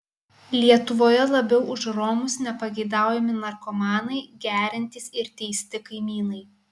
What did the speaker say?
lietuvoje labiau už romus nepageidaujami narkomanai geriantys ir teisti kaimynai